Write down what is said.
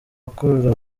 akurura